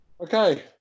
Okay